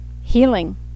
healing